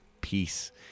peace